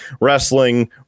Wrestling